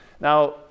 Now